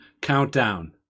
countdown